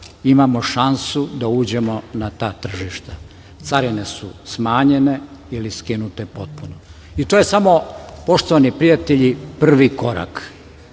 imamo šansu da uđemo na ta tržišta. Carine su smanjene ili skinute potpuno. To je samo, poštovani prijatelji, prvi